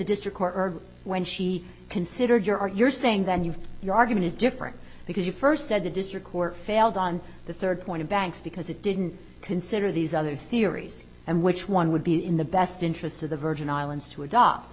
district court when she considered your or you're saying that you your argument is different because you first said the district court failed on the third point of banks because it didn't consider these other theories and which one would be in the best interests of the virgin islands to adopt